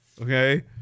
okay